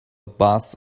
boss